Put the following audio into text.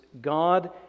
God